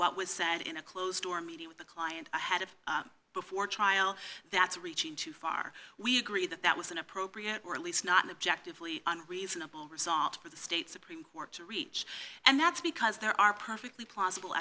what was said in a closed door meeting with the client ahead of before trial that's reaching too far we agree that that was an appropriate or at least not an objective lead on a reasonable result for the state supreme court to reach and that's because there are perfectly plausible